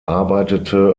arbeitete